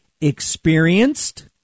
experienced